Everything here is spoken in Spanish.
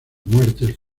muertes